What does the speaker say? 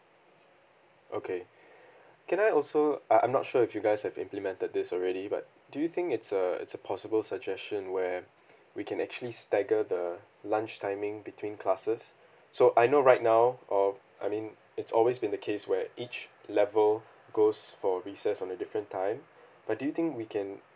okay can I also I I'm not sure if you guys have implemented this already but do you think it's a it's a possible suggestion where we can actually stagger the lunch timing between classes so I know right now or I mean it's always been the case where each level goes for recess on a different time but do you think we can